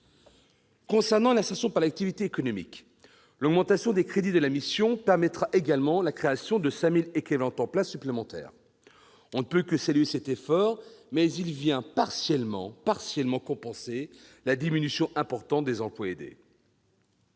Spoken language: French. concerne l'insertion par l'activité économique, l'augmentation des crédits de la mission permettra également la création de 5 000 équivalents temps plein supplémentaires. On ne peut que saluer cet effort, mais il ne compensera que partiellement la diminution importante des emplois aidés.